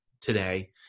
today